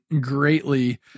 greatly